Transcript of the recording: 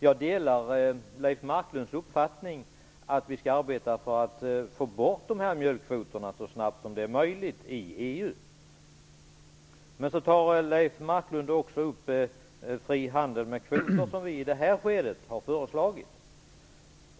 Jag delar Leif Marklunds uppfattning att vi skall arbeta för att få bort de här mjölkkvoterna i EU så snabbt som möjligt. Men Leif Marklund tar också upp fri handel med kvoter, som vi har föreslagit i det här skedet.